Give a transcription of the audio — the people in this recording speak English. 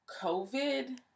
COVID